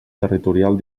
territorial